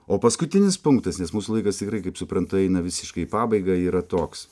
o paskutinis punktas nes mūsų laikas tikrai kaip suprantu eina visiškai į pabaigą yra toks